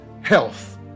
health